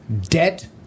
debt